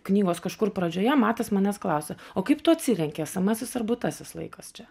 knygos kažkur pradžioje matas manęs klausia o kaip tu atsirenki esamasis ar būtasis laikas čia